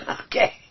Okay